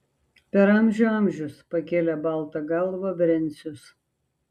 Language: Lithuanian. per amžių amžius pakėlė baltą galvą brencius